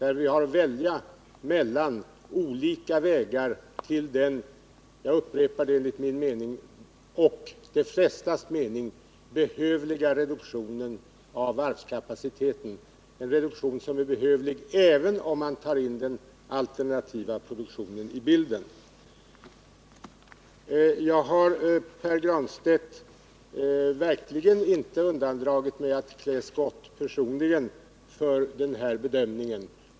Vi har att välja mellan olika vägar till den enligt min och de flestas mening behövliga reduktionen av varvskapaciteten — en reduktion som är behövlig även om man tar in den alternativa produktionen i bilden. Jag har, Pär Granstedt, verkligen inte dragit mig för att klä skott för den här bedömningen.